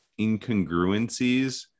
incongruencies